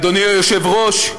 אדוני היושב-ראש,